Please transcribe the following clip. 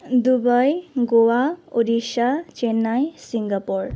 Dubai Goa Odisha Chennai Singapore